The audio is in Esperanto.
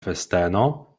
festeno